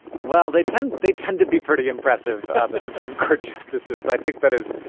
well, they tend they tend to be pretty impressive, the supreme court justices. i think that is,